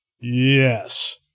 Yes